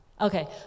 Okay